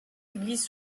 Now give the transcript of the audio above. églises